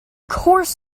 course